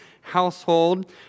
household